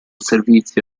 servizio